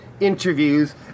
interviews